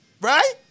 right